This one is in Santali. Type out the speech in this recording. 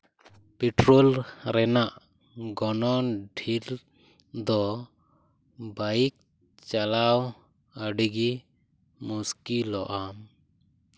ᱯᱮᱴᱨᱳᱞ ᱨᱮᱱᱟᱜ ᱜᱚᱱᱚᱝ ᱰᱷᱮᱨ ᱫᱚ ᱵᱟᱭᱤᱠ ᱪᱟᱞᱟᱣ ᱟᱹᱰᱤ ᱜᱮ ᱢᱩᱥᱠᱤᱞᱚᱜᱼᱟ